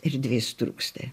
erdvės trūksta